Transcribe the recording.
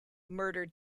murdered